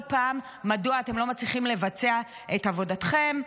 פעם מדוע אתם לא מצליחים לבצע את עבודתכם.